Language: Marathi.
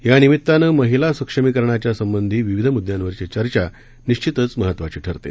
यानिमित्तानं महिला सक्षमीकरणाच्या संबंधी विविध मुद्यांवरची चर्चा निश्वितच महत्वाची ठरते